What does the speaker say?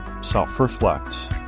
self-reflect